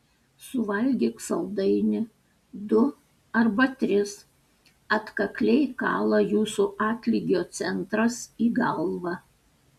suvalgyk saldainį du arba tris atkakliai kala jūsų atlygio centras į galvą